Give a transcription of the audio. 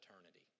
eternity